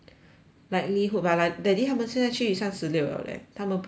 likelihood but like daddy 他们现在去三十六 liao leh 他们不在